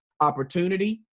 opportunity